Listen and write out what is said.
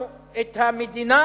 אנשי ימין: הקמנו את המדינה,